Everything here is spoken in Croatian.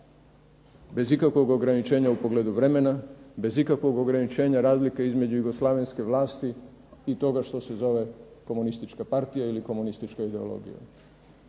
bez ikakvog ograničenja u pogledu vremena, bez ikakvog ograničenja razlike između jugoslavenske vlasti i toga što se zove komunistička partija ili komunistička ideologija.